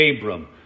Abram